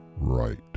Right